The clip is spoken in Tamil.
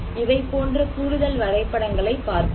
இவைபோன்ற கூடுதல் வரைபடங்களைப் பார்ப்போம்